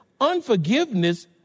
unforgiveness